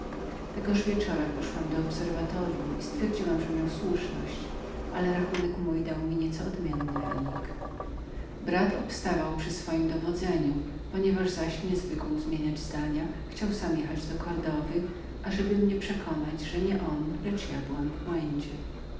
tegoż wieczora poszłam do obserwatoryum i poznałam że miał słuszność ale rachunek mój dał mi nieco odmienny wypadek brat mój utrzymywał prawdę swego dowodzenia ponieważ zaś zwykł był mocno obstawać przy swoich zdaniach chciał sam pojechać do kordowy ażeby mnie przekonać że ja a nie on byłam w błędzie